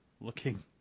looking